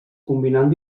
combinant